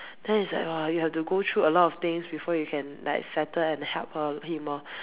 then it's like !woah! you have to go through a lot of things before you can like settle and help her him lor